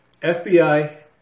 FBI